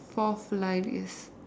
forth line is